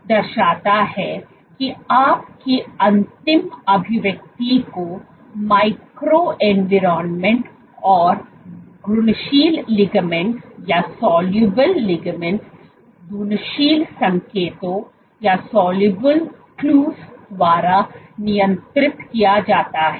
तो यह दर्शाता है कि आपकी अंतिम अभिव्यक्ति को माइक्रोएन्वायरमेंट और घुलनशील लिगैंड्स घुलनशील संकेतों द्वारा नियंत्रित किया जाता है